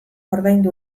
ordaindu